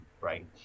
right